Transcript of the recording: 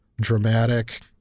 dramatic